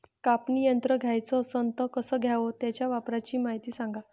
कापनी यंत्र घ्याचं असन त कस घ्याव? त्याच्या वापराची मायती सांगा